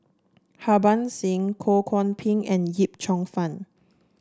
Harbans Singh Ho Kwon Ping and Yip Cheong Fun